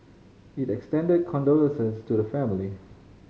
it extended condolences to the family